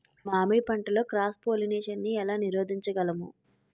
మామిడి పంటలో cross pollination నీ ఏల నీరోధించగలము?